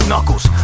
Knuckles